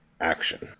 action